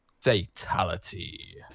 Fatality